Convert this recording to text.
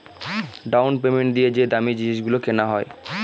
down payment দিয়ে যে দামী জিনিস গুলো কেনা হয়